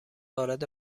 وارد